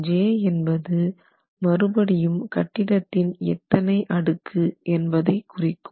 j என்பது மறுபடியும் கட்டிடத்தின் எத்தனை அடுக்கு என்பதை குறிக்கும்